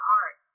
art